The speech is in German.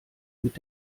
mit